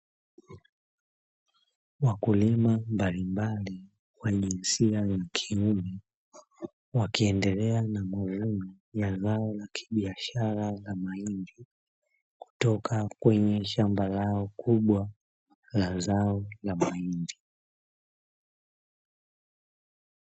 Wakulima mbalimbali wa jinsia ya kiume wakiendelea na mavuno ya zao la kibiashara la mahindi kutoka kwenye shamba lao kubwa la zao la mahindi.